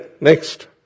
next